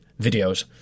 videos